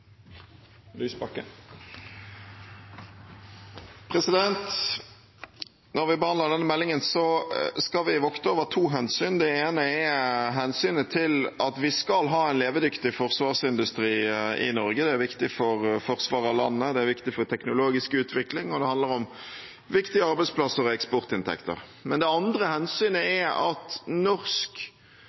Når vi behandler denne meldingen, skal vi vokte over to hensyn. Det ene er hensynet til at vi skal ha en levedyktig forsvarsindustri i Norge – det er viktig for forsvaret av landet, det er viktig for teknologisk utvikling, og det handler om viktige arbeidsplasser og eksportinntekter. Det andre hensynet er at norsk forsvarsindustri og eksport av norsk